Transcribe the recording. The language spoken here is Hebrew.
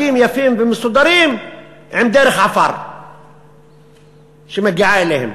בתים יפים ומסודרים שדרך עפר מגיעה אליהם,